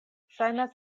ŝajnas